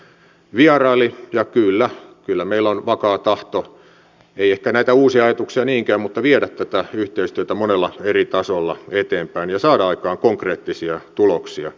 en ehkä näitä uusia ajatuksia niinkään mutta kyllä meillä on vakaa tahto viedä näitä uusia ajatuksia niinkään mutta viedä tätä yhteistyötä monella eri tasolla eteenpäin ja saada aikaan konkreettisia tuloksia